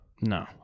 No